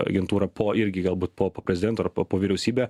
agentūra po irgi galbūt po po prezidentu ar po po vyriausybe